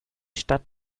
stadt